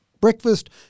breakfast